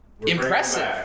Impressive